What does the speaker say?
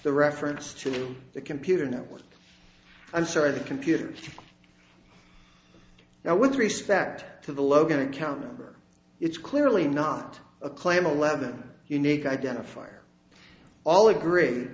the reference to the computer network i'm sorry the computers now with respect to the logan account number it's clearly not a claim eleven unique identifier all agree